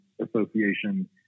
Association